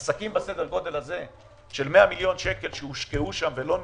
עסקים בסדר גודל הזה עם 100 מיליון שקלים שהושקעו שם ולא נפתחו,